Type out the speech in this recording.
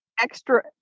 extra